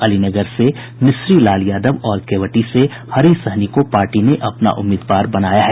अलीनगर से मिश्री लाल यादव और केवटी से हरि सहनी को पार्टी ने अपना उम्मीदवार बनाया है